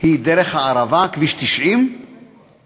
היא דרך הערבה, כביש 90 ומזרחה.